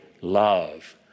Love